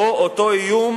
או אותו איום